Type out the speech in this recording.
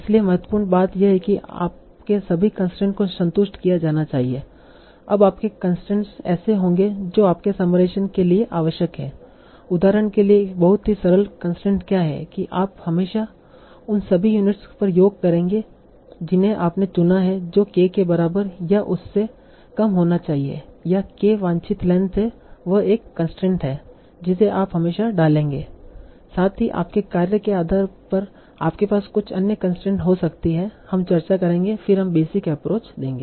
इसलिए महत्वपूर्ण बात यह है कि आपके सभी कंसट्रेन्स को संतुष्ट किया जाना चाहिए अब आपके कंसट्रेन्स ऐसे होंगे जो आपके समराइजेशन के लिए आवश्यक हैं उदाहरण के लिए एक बहुत ही सरल कंसट्रेंट क्या है कि आप हमेशा उन सभी यूनिट्स पर योग करेंगे जिन्हें आपने चुना है जो k के बराबर या उससे कम होना चाहिए जहां k वांछित लेंथ है वह एक कंसट्रेंट है जिसे आप हमेशा डालेंगे साथ ही आपके कार्य के आधार पर आपके पास कुछ अन्य कंसट्रेंट हो सकती हैं हम चर्चा करेंगे फिर हम बेसिक एप्रोच देंगे